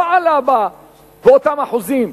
לא עלה באותם אחוזים.